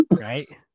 Right